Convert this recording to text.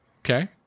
Okay